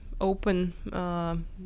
open